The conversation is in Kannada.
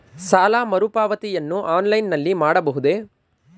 ಸಾಲ ಮರುಪಾವತಿಯನ್ನು ಆನ್ಲೈನ್ ನಲ್ಲಿ ಮಾಡಬಹುದೇ?